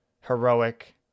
Heroic